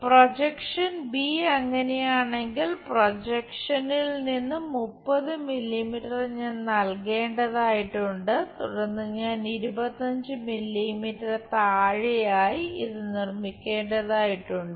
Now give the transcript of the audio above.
projection B അങ്ങനെയാണെങ്കിൽ പ്രൊജക്ഷനിൽ നിന്ന് 30 മില്ലീമീറ്റർ ഞാൻ നൽകേണ്ടതായിട്ടുണ്ട് തുടർന്ന് ഞാൻ 25 മില്ലീമീറ്റർ താഴെയായി ഇത് നിർമ്മിക്കേണ്ടതായിട്ടുണ്ട്